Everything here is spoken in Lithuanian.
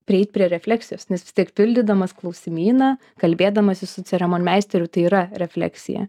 prieit prie refleksijos nes vis tiek pildydamas klausimyną kalbėdamasis su ceremonimeisteriu tai yra refleksija